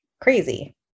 crazy